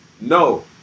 no